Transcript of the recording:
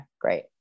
great